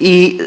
i